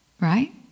Right